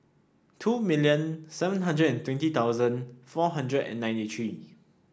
two million seven hundred and twenty thousand four hundred and ninety three